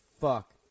fuck